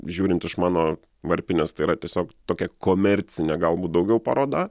žiūrint iš mano varpinės tai yra tiesiog tokia komercinė galbūt daugiau paroda